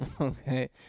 okay